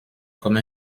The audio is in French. comme